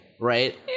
right